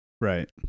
Right